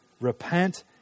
repent